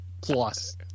plus